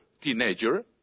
teenager